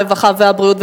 הרווחה והבריאות,